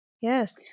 Yes